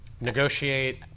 Negotiate